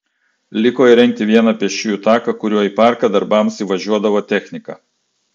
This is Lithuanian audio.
liko įrengti vieną pėsčiųjų taką kuriuo į parką darbams įvažiuodavo technika